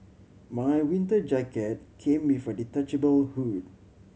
my winter jacket came with a detachable hood